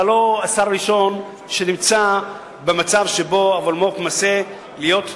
אתה לא השר הראשון שנמצא במצב שבו המולמו"פ מנסה להיות תאגיד.